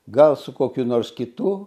gal su kokiu nors kitu